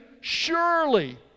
surely